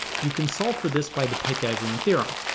you can solve for this by the pythagorean theorem.